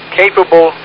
capable